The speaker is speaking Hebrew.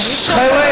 חבר'ה,